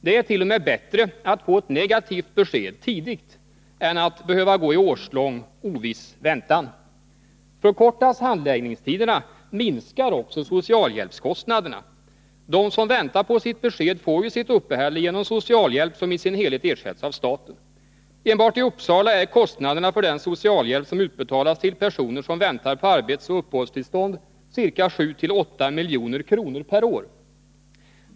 Det är t.o.m. bättre att man får ett negativt besked tidigt jämfört med att gå i årslång, oviss väntan. Förkortas handläggningstiderna minskar också socialhjälpskostnaderna. De som väntar på sitt besked får ju sitt uppehälle genom socialhjälp, som i sin helhet ersätts av staten. Enbart i Uppsala är kostnaderna för den socialhjälp som utbetalas till personer som väntar på arbetsoch uppehållstillstånd ca 7-8 milj.kr. per år.